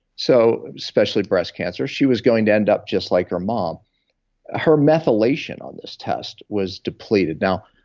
so especially breast cancer. she was going to end up just like her mom her methylation, on this test, was depleted. now,